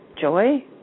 joy